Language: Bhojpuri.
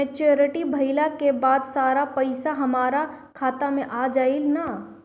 मेच्योरिटी भईला के बाद सारा पईसा हमार खाता मे आ जाई न?